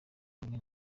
hamwe